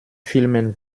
filmen